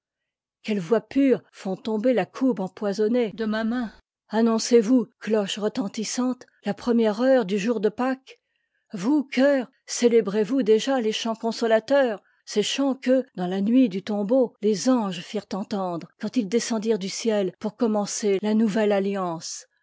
quelles voix pures fout tomber a coupe empoisonnée de ma main annoncez vous cloches retentissantes la première heure du jour de pâques vous choeur céléhrez vous déjà les chants consolateurs ces chants que dans la nuit du tombeau les anges firent entendre quand ils descendirent du ciel pour commencer la nouvelle alliance